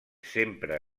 sempre